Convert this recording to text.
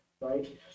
right